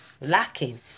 lacking